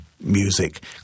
music